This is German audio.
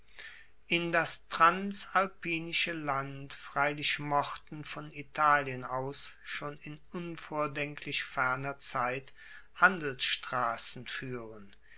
in das transalpinische land freilich mochten von italien aus schon in unvordenklich ferner zeit handelsstrassen fuehren